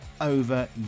over